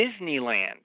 Disneyland